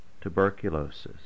tuberculosis